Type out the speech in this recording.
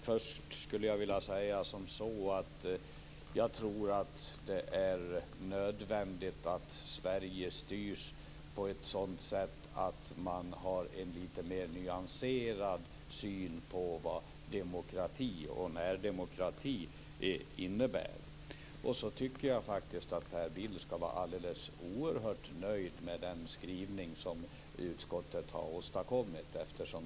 Fru talman! Jag tror att det är nödvändigt att Sverige styrs på ett sådant sätt att man har en litet mer nyanserad syn på vad demokrati och närdemokrati innebär. Jag tycker faktiskt att Per Bill skall vara alldeles oerhört nöjd med den skrivning som utskottet har åstadkommit.